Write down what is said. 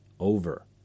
over